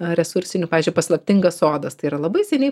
resursinių pavyzdžiui paslaptingas sodas tai yra labai seniai